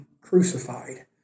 crucified